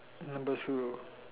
number two